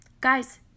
Guys